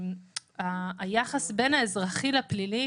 היחס בין האזרחי לפלילי,